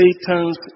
Satan's